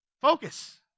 Focus